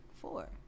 four